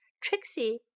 Trixie